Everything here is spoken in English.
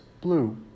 blue